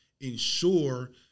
ensure